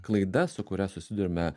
klaida su kuria susiduriame